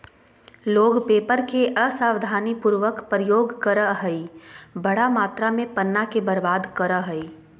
लोग पेपर के असावधानी पूर्वक प्रयोग करअ हई, बड़ा मात्रा में पन्ना के बर्बाद करअ हई